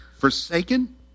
Forsaken